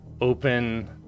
open